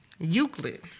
Euclid